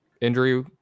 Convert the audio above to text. injury